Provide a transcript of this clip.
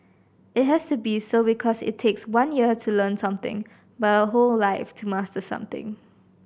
it has to be so because it takes one year to learn something but a whole life to master something